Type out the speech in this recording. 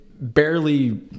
barely